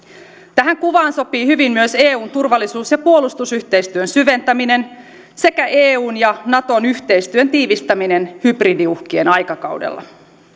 tähän kuvaan sopii hyvin myös eun turvallisuus ja puolustusyhteistyön syventäminen sekä eun ja naton yhteistyön tiivistäminen hybridiuhkien aikakaudella